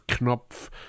Knopf